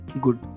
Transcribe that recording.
good